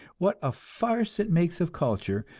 what a farce it makes of culture,